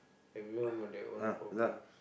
everyone got their own problems